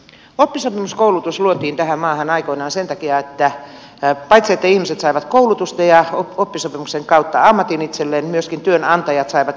oppisopimuskoulutus luotiin tähän maahan aikoinaan sen takia että paitsi että ihmiset saivat koulutusta ja oppisopimuksen kautta ammatin itselleen myöskin työnantajat saivat itsellensä työntekijöitä